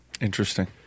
Interesting